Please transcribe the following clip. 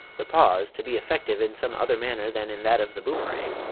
the pause, to be effective in some other manner than in that of the boomerang,